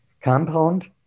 compound